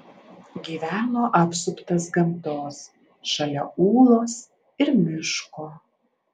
gyveno apsuptas gamtos šalia ūlos ir miško